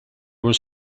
was